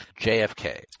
JFK